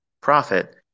profit